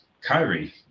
Kyrie